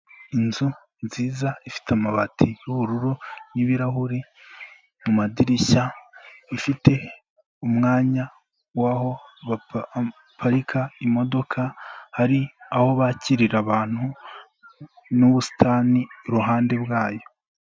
Inzu nziza ifite amabati y'ubururu n'ibirahure, madirishya, ifite umwanya w'aho baparika imodoka, hari aho bakirira abantu n'ubusitani iruhande rwayo.